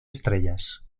estrellas